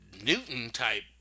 Newton-type